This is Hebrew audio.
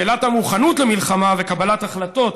שאלת המוכנות למלחמה וקבלת ההחלטות